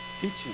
teaching